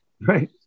Right